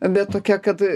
bet tokia kad